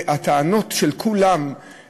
שאלה טענות של כולם,